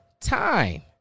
time